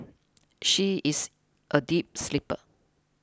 she is a deep sleeper